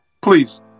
please